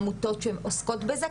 עמותות שעוסקות בזה,